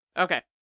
Okay